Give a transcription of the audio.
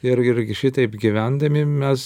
ir ir šitaip gyvendami mes